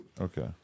Okay